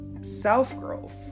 self-growth